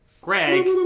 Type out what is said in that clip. Greg